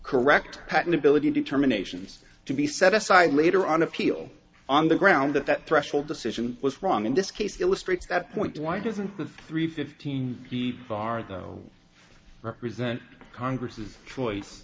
correct patentability determinations to be set aside later on appeal on the ground that that threshold decision was wrong and this case illustrates that point why doesn't the three fifteen the bar though represent congress's choice